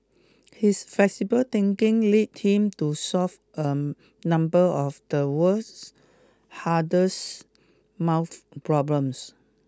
his flexible thinking led him to solve a number of the world's hardest math problems